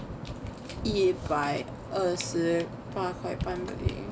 一百二十八块半 per day